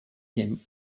him